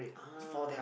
ah